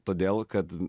todėl kad